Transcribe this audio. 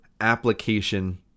application